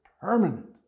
permanent